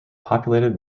populated